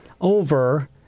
over